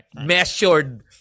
measured